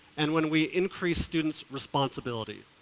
and when we increase student's responsibility.